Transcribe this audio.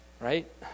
right